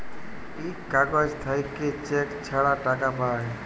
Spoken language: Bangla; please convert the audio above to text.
এই কাগজ থাকল্যে চেক ছাড়া টাকা পায়